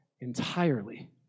entirely